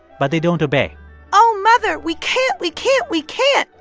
but they don't obey oh, mother, we can't, we can't, we can't,